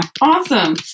Awesome